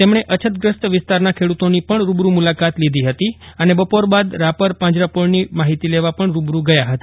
તેમણે અછતગ્રસ્ત વિસ્તારના ખેતરોની પણ રૂબરૂ મુલાકાત લીધી ફતી અને બપોર બાદ રાપર પાંજરાપોળની માફિતી લેવા પણ રૂબરૂ ગયા હતા